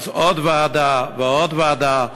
ואז עוד ועדה, ועוד ועדה,